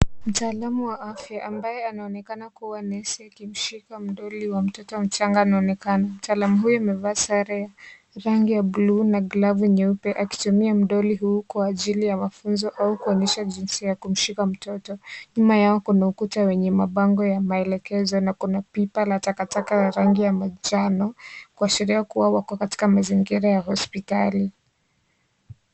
Mtaalamu wa afya ambaye anaonekana kuwa nesi anamshika mdoli wa mtoto mchanga anaonekana. Mtaalamu huyu amevaa sare ya rangi ya buluu naglavu nyeupe akitumia mdoli huu kwa ajili ya mafunzo au kuonyesha jinsi ya kumshika mtoto. Nyuma yao kuna ukuta wenye mabango ya maelekezo na kuna pipa la takataka la rangi ya manjano kuashiria kuwa wako katika mazingira ya hospitali.